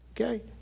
okay